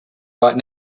right